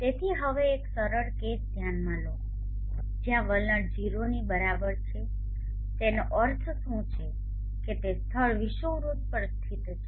તેથી હવે એક સરળ કેસ ધ્યાનમાં લો જ્યાં વલણ 0 ની બરાબર છે તેનો અર્થ શું છે કે તે સ્થળ વિષુવવૃત્ત પર સ્થિત છે